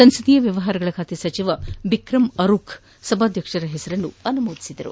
ಸಂಸದೀಯ ವ್ಯವಹಾರಗಳ ಖಾತೆ ಸಚಿವ ಬಿಕ್ರಂ ಅರುಖ್ ಅವರು ಸಭಾಧ್ಯಕ್ಷರ ಹೆಸರನ್ನು ಅನುಮೋದಿಸಿದರು